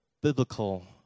biblical